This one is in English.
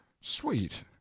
sweet